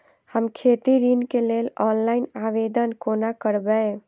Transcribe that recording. हम खेती ऋण केँ लेल ऑनलाइन आवेदन कोना करबै?